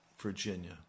Virginia